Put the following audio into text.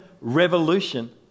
revolution